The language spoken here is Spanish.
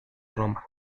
roma